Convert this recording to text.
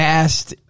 asked